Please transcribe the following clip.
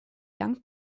young